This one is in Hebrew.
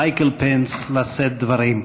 מייקל פנס לשאת דברים.